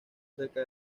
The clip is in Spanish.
cerca